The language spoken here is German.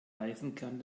eisenkern